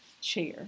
chair